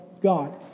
god